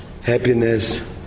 happiness